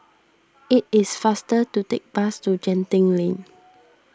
it is faster to take the bus to Genting Lane